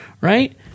right